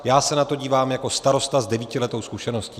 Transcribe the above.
Já se na to dívám jako starosta s devítiletou zkušeností.